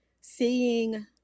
seeing